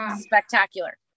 spectacular